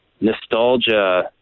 nostalgia